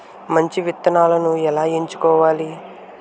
మంచి విత్తనాలను ఎలా ఎంచుకోవాలి?